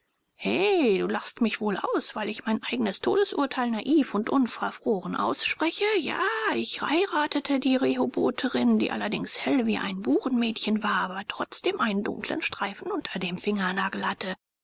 du lachst mich wohl aus weil ich mein eignes todesurteil naiv und unverfroren ausspreche ja ich heiratete die rehobotherin die allerdings hell wie ein burenmädchen war aber trotzdem einen dunklen streifen unter dem fingernagel hatte